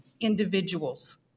individuals